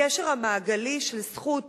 הקשר המעגלי של זכות,